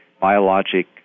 biologic